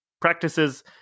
practices